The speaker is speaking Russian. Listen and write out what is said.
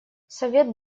совет